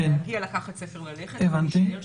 זה להגיע, לקחת ספר וללכת, ולהשאיר שם.